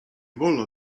wolno